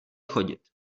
chodit